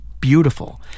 beautiful